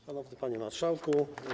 Szanowny Panie Marszałku!